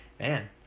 Man